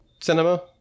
cinema